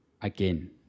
again